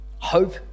Hope